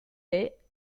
est